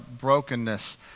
brokenness